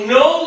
no